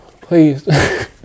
please